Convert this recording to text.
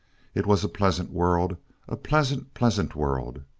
it was a pleasant world a pleasant, pleasant world!